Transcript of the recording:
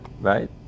right